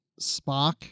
Spock